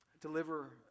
Deliver